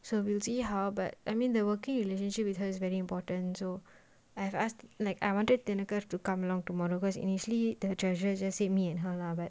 so we'll see how but I mean the working relationship with her is very important so I've asked like I wanted thinakar to come along tomorrow cause initially the treasure you just say me and her lah but